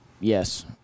Yes